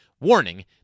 Warning